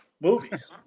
movies